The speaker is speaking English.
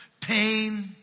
pain